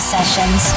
Sessions